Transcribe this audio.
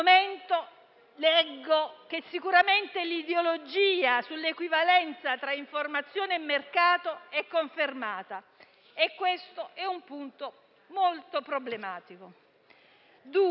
leggo che sicuramente l'ideologia sull'equivalenza tra informazione e mercato è confermata e questo è un punto molto problematico.